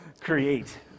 create